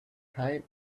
time